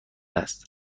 است